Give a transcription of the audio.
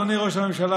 אדוני ראש הממשלה,